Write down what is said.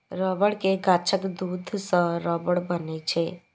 रबड़ के गाछक दूध सं रबड़ बनै छै